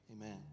Amen